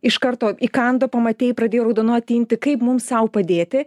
iš karto įkando pamatei pradėjo raudonuot tinti kaip mums sau padėti